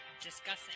discussing